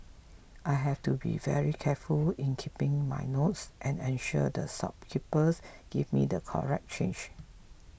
I have to be very careful in keeping my notes and ensure that shopkeepers give me the correct change